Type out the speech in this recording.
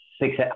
six